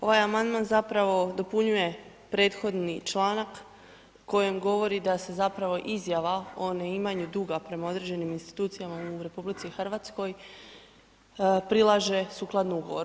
Ovaj amandman zapravo dopunjuje prethodni članak u kojem govori da se zapravo izjava o neimanju duga prema određenim institucijama u RH prilaže sukladno ugovoru.